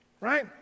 right